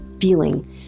feeling